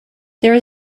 there